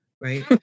right